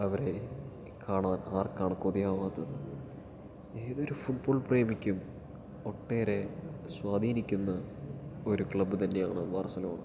അവരെ കാണാൻ ആർക്കാണ് കൊതി ആവാത്തത് ഏതൊരു ഫുട്ബോൾ പ്രേമിക്കും ഒട്ടേറെ സ്വാധീനിക്കുന്ന ഒരു ക്ലബ്ബ് തന്നെയാണ് ബാർസലോണ